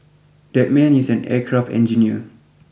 that man is an aircraft engineer